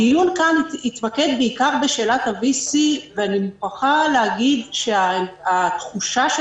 הדיון כאן התמקד בעיקר בשאלת ה-וי-סי ואני מוכרחה להגיד שהתחושה של